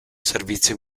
servizio